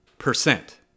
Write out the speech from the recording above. Percent